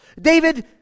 David